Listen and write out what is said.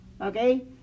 Okay